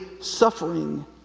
suffering